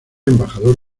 embajador